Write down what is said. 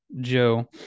Joe